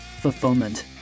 fulfillment